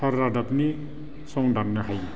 थार रादाबनि संदाननो हायो